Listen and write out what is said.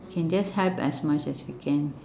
can just help as much as we can